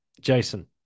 Jason